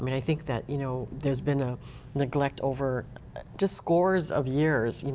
i mean i think that you know there's been a neglect over just scores of years. you know